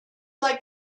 like